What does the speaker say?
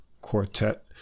Quartet